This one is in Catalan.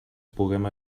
puguem